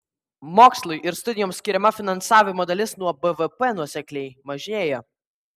mokslui ir studijoms skiriama finansavimo dalis nuo bvp nuosekliai mažėja